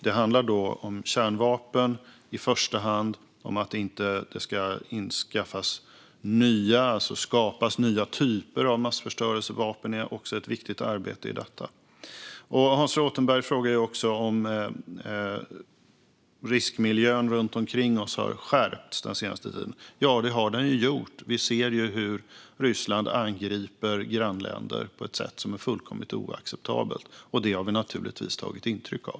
Det handlar i första hand om kärnvapen, men att det inte ska skapas nya typer av massförstörelsevapen är också ett viktigt arbete i detta. Hans Rothenberg frågar också om riskläget runt oss har skärpts. Ja, det har det gjort. Vi ser hur Ryssland angriper grannländer på ett sätt som är fullkomligt oacceptabelt, och det har vi givetvis tagit intryck av.